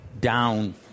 down